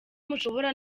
mushobora